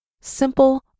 Simple